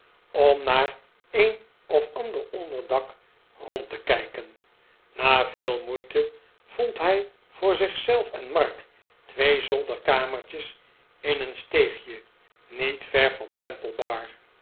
om naar een of ander onderdak rond te kijken na veel moeite vond hij voor zich zelf en mark twee zolderkamertjes in een steegje niet ver van